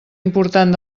important